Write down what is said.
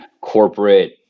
corporate